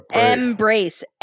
embrace